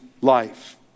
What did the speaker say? life